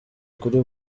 kuri